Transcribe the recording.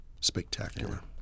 Spectacular